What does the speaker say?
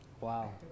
wow